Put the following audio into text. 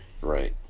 Right